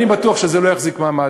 אני בטוח שזה לא יחזיק מעמד.